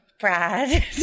Brad